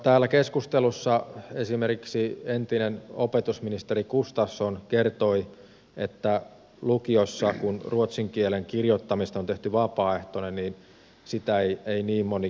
täällä keskustelussa esimerkiksi entinen opetusministeri gustafsson kertoi että kun lukiossa ruotsin kielen kirjoittamisesta on tehty vapaaehtoista niin sitä ei niin moni kirjoita